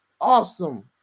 awesome